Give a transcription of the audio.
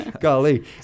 golly